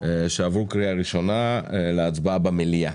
שעברו קריאה ראשונה להצבעה במליאה.